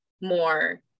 more